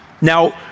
Now